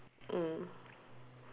mm